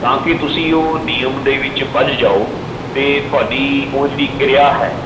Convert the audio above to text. ਤਾਂ ਕਿ ਤੁਸੀਂ ਉਹ ਨਿਯਮ ਦੇ ਵਿੱਚ ਬੱਝ ਜਾਓ ਅਤੇ ਤੁਹਾਡੀ ਉਹ ਜਿਹੜੀ ਕਿਰਿਆ ਹੈ